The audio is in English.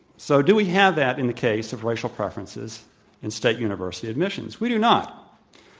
so, do we have that in the case of racial preferences in state university admissions? we do not.